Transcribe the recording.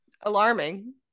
alarming